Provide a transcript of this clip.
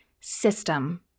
system